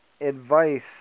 advice